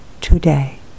today